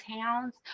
towns